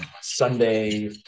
Sunday